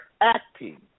acting